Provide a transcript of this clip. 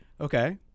Okay